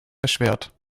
erschwert